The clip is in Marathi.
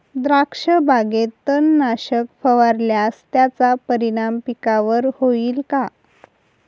द्राक्षबागेत तणनाशक फवारल्यास त्याचा परिणाम पिकावर होईल का?